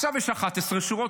עכשיו יש 11 שורות,